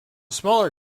smaller